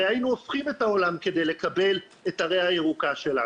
הרי היינו הופכים את העולם כדי לקבל את הריאה הירוקה שלנו.